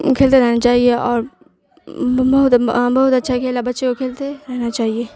کھیلتے رہنا چاہیے اور بہت اچھا کھیل ہے بچے کو کھیلتے رہنا چاہیے